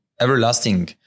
everlasting